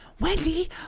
Wendy